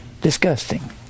disgusting